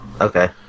Okay